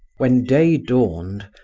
when day dawned,